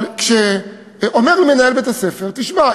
אבל כשאומר מנהל בית-הספר: תשמע,